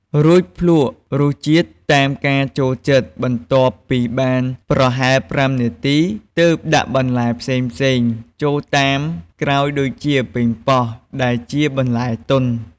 រួចភ្លក្សរសជាតិតាមការចូលចិត្ត បន្ទាប់ពីបានប្រហែល៥នាទី ទើបដាក់បន្លែផ្សេងៗចូលតាមក្រោយដូចជា ប៉េងប៉ោះដែលជាបន្លែទន់។